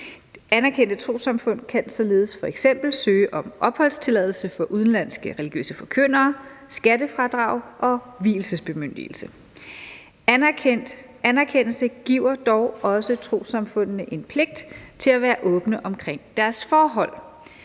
Anerkendte trossamfund kan således f.eks. søge om opholdstilladelse for udenlandske religiøse forkyndere, skattefradrag og vielsesbemyndigelse. Anerkendelse giver dog også trossamfundene en pligt til at være åbne omkring deres forhold.